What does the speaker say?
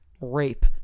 Rape